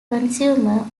consumer